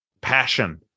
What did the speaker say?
passion